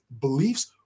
beliefs